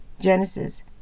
Genesis